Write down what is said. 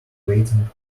waiting